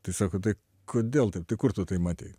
tai sako tai kodėl taip tai kur tu tai matei